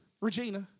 Regina